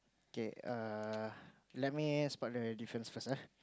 okay err let me spot the difference first ah